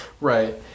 Right